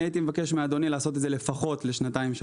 אני הייתי מבקש מאדוני לעשות את זה לפחות לשנתיים-שלוש.